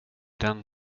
den